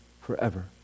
forever